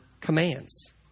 commands